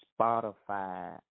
Spotify